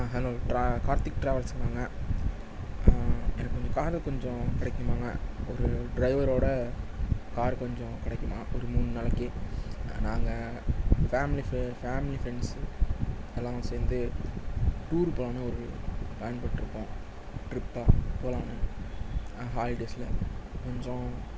hello Karthik ட்ராவல்ஸுங்களாங்க எனக்கு கொஞ்சம் கார் கொஞ்சம் கிடைக்குமாங்க ஒரு டிரைவரோட கார் கொஞ்சம் கிடைக்குமா ஒரு மூணு நாளைக்கு நாங்கள் ஃபேமிலி ஃபேமிலி பிரண்ட்ஸ் எல்லாம் கொஞ்சம் சேர்ந்து டூர் போலாம்னு ஒரு பிளான் போட்டுருக்கோம் ட்ரிப்பாக போலாம்னு ஹாலிடேஸில் கொஞ்சம்